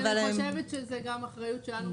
אבל אני חושבת שזה גם אחריות שלנו